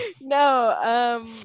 No